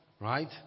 right